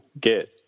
get